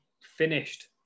finished